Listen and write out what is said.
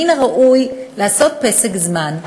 מן הראוי לעשות פסק זמן,